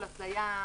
התליה,